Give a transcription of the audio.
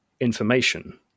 information